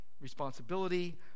responsibility